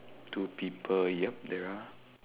two people yep there are